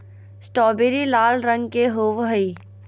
strawberry लाल रंग के होव हई